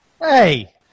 Hey